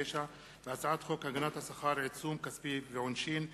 מטעם הממשלה: הצעת חוק תקציב המדינה לשנות הכספים 2009 ו-2010,